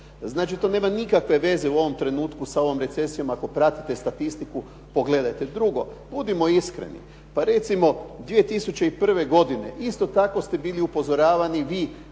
Znači to nema nikakve veze u ovom trenutku sa ovom recesijom ako pratite statistiku pogledajte. Drugo, budimo iskreni, pa recimo 2001. godine isto tako ste bili upozoravani vi